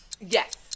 Yes